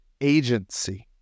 agency